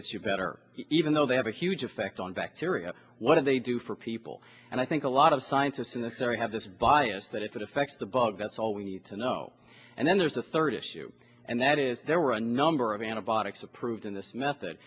gets you better even though they have a huge effect on bacteria what do they do for people and i think a lot of scientists in this area have this bias that if it affects the bug that's all we need to know and then there's a third issue and that is there were a number of antibiotics approved in this method